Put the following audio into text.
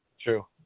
True